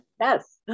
Yes